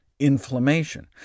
inflammation